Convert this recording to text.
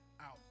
out